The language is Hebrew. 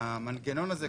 המנגנון הזה,